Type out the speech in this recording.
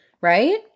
right